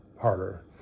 harder